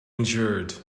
endured